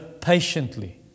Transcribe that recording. patiently